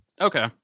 Okay